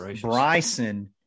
Bryson